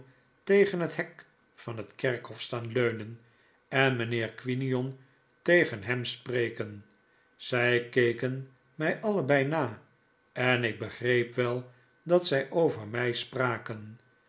tegen het hek van het kerkhof staan leunen en mijnheer quinion tegen hem spreken zij keken mij allebei na en ik begreep wel dat zij over mij spraken